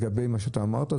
כפי שאמרת,